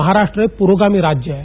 महाराष्ट्र पुरोगामी राज्य आहे